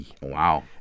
Wow